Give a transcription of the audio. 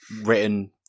written